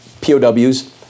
POWs